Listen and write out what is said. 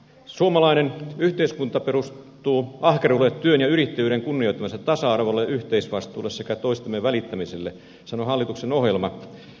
suomalainen yhteiskunta perustuu ahkeruudelle työn ja yrittäjyyden kunnioittamiselle tasa arvolle yhteisvastuulle sekä toisistamme välittämiselle sanoo hallituksen ohjelma